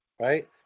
right